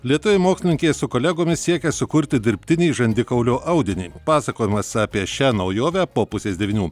lietuviai mokslininkai su kolegomis siekia sukurti dirbtinį žandikaulio audinį pasakojimas apie šią naujovę po pusės devynių